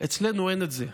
אצלנו אין את זה.